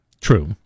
True